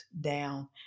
down